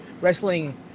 wrestling